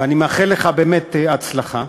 ואני מאחל לך באמת הצלחה.